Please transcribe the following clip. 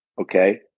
Okay